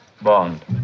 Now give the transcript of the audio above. Bond